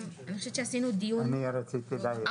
גם עשינו דיון ארוך -- אני רוצה להעיר.